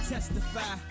Testify